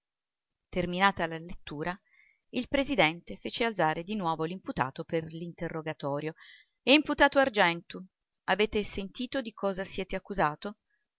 terminata la lettura il presidente fece alzare di nuovo l'imputato per l'interrogatorio imputato argentu avete sentito di che siete accusato